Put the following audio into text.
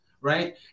right